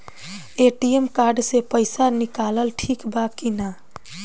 ATM card से पईसा निकालल ठीक बा की ना?